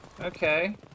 Okay